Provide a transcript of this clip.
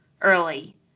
early